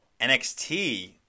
NXT